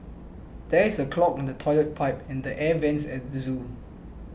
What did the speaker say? there is a clog in the Toilet Pipe and the Air Vents at the zoo